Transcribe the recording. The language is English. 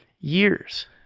years